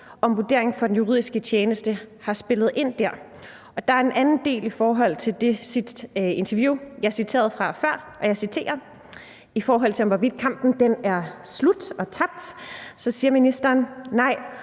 om vurderingen fra den juridiske tjeneste har spillet ind dér. Der er også en anden del af det interview, som jeg citerede fra før, og hvor ministeren, i forhold til hvorvidt kampen er slut og tabt, siger, og jeg citerer: »Nej,